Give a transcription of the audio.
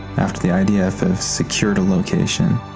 after the idf have secured a location,